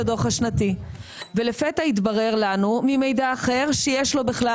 הדוח השנתי ולפתע התברר לנו ממידע אחר שיש לו בכלל